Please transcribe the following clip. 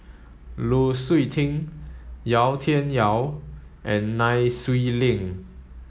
Lu Suitin Yau Tian Yau and Nai Swee Leng